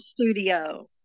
studio